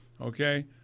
Okay